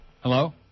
Hello